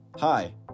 Hi